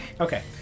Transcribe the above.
Okay